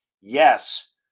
yes